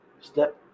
step